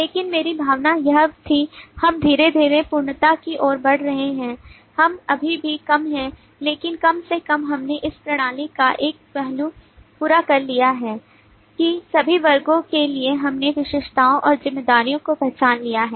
लेकिन मेरी भावना यह थी कि हम धीरे धीरे पूर्णता की ओर बढ़ रहे हैं हम अभी भी कम हैं लेकिन कम से कम हमने इस प्रणाली का एक पहलू पूरा कर लिया है कि सभी वर्गों के लिए हमने विशेषताओं और जिम्मेदारी को पहचान लिया है